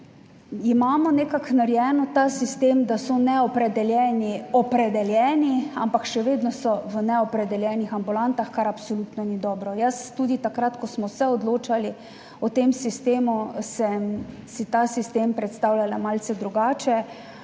imamo nekako narejeno ta sistem, da so neopredeljeni opredeljeni, ampak še vedno so v neopredeljenih ambulantah, kar absolutno ni dobro. Jaz tudi takrat, ko smo se odločali o tem sistemu, sem si ta sistem predstavljala malce drugače.